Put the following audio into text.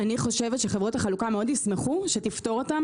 אני חושבת שחברות החלוקה מאוד ישמחו שתפטור אותן